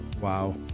Wow